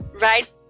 right